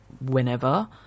whenever